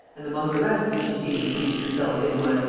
and among the rest, that she seemed to please herself in was,